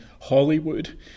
Hollywood